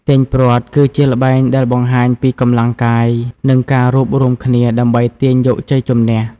ទាញព្រ័ត្រ គឺជាល្បែងដែលបង្ហាញពីកម្លាំងកាយ និងការរួបរួមគ្នា ដើម្បីទាញយកជ័យជំនះ។